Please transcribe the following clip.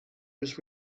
was